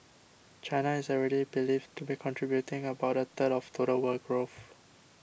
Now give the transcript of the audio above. China is already believed to be contributing about a third of total world growth